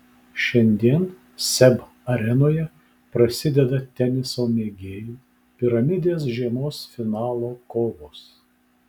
šiandien seb arenoje prasideda teniso mėgėjų piramidės žiemos finalo kovos